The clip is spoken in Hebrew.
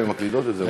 אם הן מקלידות את זה,